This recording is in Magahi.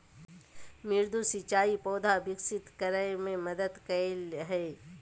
मृदु सिंचाई पौधा विकसित करय मे मदद करय हइ